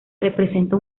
representa